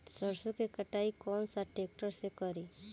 सरसों के कटाई कौन सा ट्रैक्टर से करी?